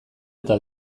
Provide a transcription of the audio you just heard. eta